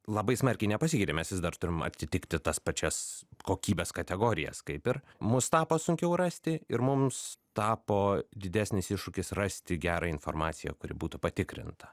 labai smarkiai nepasikeitė mes vis dar turim atitikti tas pačias kokybės kategorijas kaip ir mus tapo sunkiau rasti ir mums tapo didesnis iššūkis rasti gerą informaciją kuri būtų patikrinta